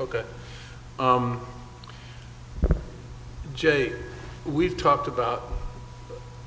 ok jay we've talked about